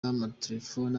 amatelefoni